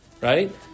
Right